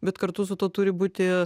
bet kartu su tuo turi būti